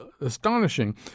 astonishing